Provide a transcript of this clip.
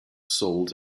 sold